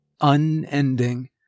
unending